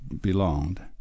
belonged